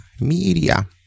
Media